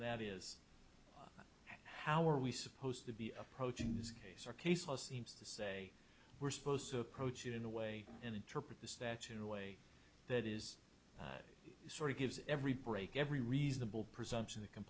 that is how are we supposed to be approaching this case or case law seems to say we're supposed to approach it in a way and interpret this that in a way that is sort of gives every break every reasonable presumption that can